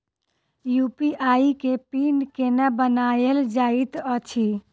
UPI केँ PIN केना बनायल जाइत अछि